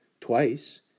Twice